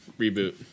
reboot